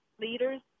leaders